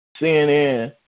CNN